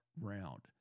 round